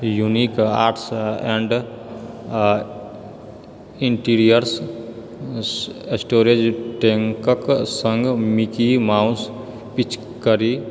unique arts and interiors storage टैंकक सङ्ग Mickey Mouse पिचकारी